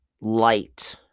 light